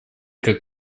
как